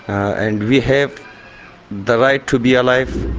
and we have the right to be alive